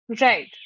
Right